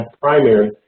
primary